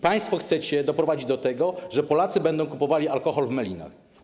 Państwo chcecie doprowadzić do tego, że Polacy będą kupowali alkohol w melinach.